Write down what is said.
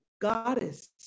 goddess